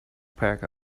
pad